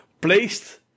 placed